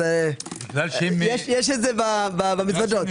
יש את זה במזוודות.